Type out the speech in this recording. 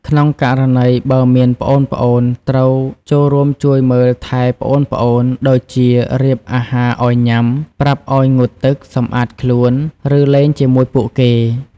ក្នុងករណីបើមានប្អូនៗ ត្រូវចូលរួមជួយមើលថែប្អូនៗ ដូចជារៀបអាហារឱ្យញុំា ប្រាប់ឲ្យងូតទឹក សម្អាតខ្លួន ឬលេងជាមួយពួកគេ។